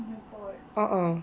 uh uh